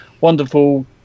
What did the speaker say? wonderful